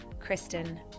Kristen